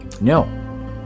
No